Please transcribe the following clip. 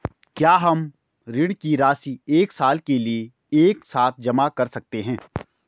क्या हम ऋण की राशि एक साल के लिए एक साथ जमा कर सकते हैं?